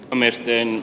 ammeeseen